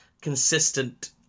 consistent